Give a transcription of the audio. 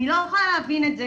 אני לא יכולה להבין את זה